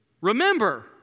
remember